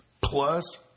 Plus